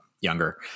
younger